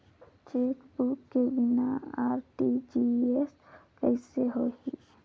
Chequebook के बिना RTGS कइसे होही?